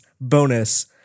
bonus